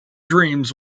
dreams